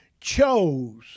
chose